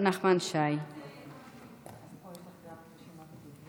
ותועבר לוועדת